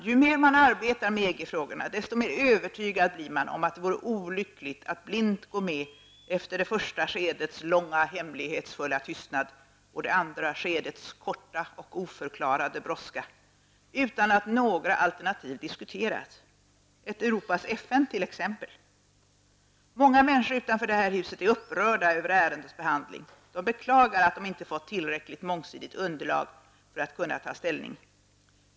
Ju mer man arbetar med EG-frågorna desto mer övertygad blir man om att det vore olyckligt att blint gå med -- efter det första skedets långa hemlighetsfulla tystnad och det andra skedets korta och oförklariga brådska -- utan att några alternativ diskuterats t.ex. ett Europas FN. Många människor utanför det här huset är upprörda över ärendets behandling. De beklagar att de inte fått tillräckligt mångsidigt underlag för att kunna ta ställning.